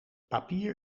papier